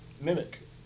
Mimic